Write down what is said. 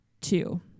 two